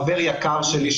חבר יקר שלי,